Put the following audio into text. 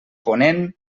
ponent